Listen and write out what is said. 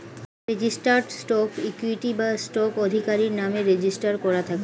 registered stock equity বা stock আধিকারির নামে রেজিস্টার করা থাকে